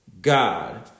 God